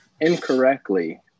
incorrectly